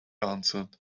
answered